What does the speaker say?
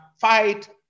fight